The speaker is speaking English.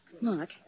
Mark